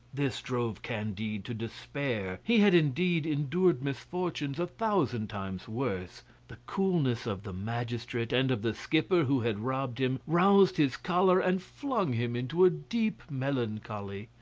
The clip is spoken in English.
this drove candide to despair he had, indeed, endured misfortunes a thousand times worse the coolness of the magistrate and of the skipper who had robbed him, roused his choler and flung him into a deep melancholy.